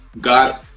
God